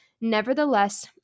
Nevertheless